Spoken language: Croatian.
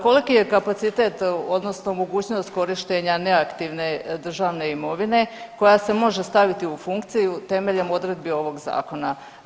Koliki je kapacitet odnosno mogućnost korištenja neaktivne državne imovine koja se može staviti u funkciju temeljem odredbi ovog zakona?